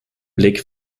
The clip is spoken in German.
blick